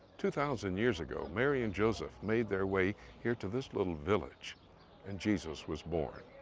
two thousand years ago. mary and joseph made their way here to this little village and jesus was born.